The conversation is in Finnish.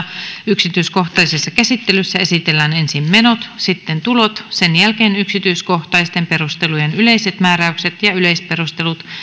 yksityiskohtaisessa käsittelyssä esitellään ensin menot sitten tulot sen jälkeen yksityiskohtaisten perustelujen yleiset määräykset ja yleisperustelut